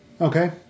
Okay